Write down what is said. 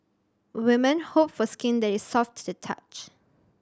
women hope for skin that is soft to the touch